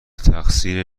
تقصیر